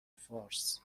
فارس